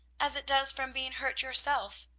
as it does from being hurt yourselves.